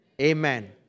amen